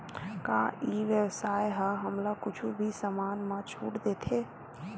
का ई व्यवसाय ह हमला कुछु भी समान मा छुट देथे?